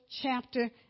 chapter